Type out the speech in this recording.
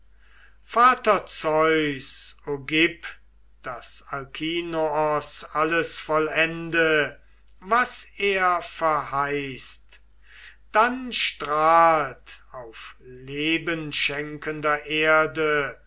vater zeus o gib daß alkinoos alles vollende was er verheißt dann strahlt auf lebenschenkender erde